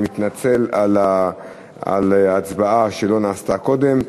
אני מתנצל על ההצבעה שלא נעשתה קודם.